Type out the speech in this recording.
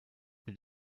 mit